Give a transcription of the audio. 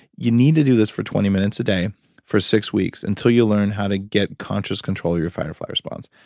you need to do this for twenty minutes a day for six weeks until you learn how to get conscious control of your fight or flight response.